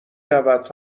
رود